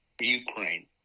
Ukraine